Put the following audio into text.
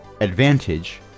advantage